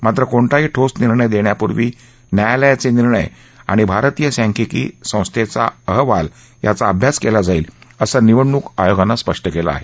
मात्र कोणताही ठोस निर्णय देण्यापूर्वी न्यायालयाचे निर्णय आणि भारतीय सांख्यिकी संस्थेचा अहवाल याचा अभ्यास केला जाईल असं निवडणूक आयोगानं स्पष्ट केलं आहे